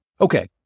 Okay